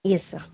yes sir